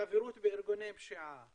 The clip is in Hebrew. חברות בארגוני פשיעה,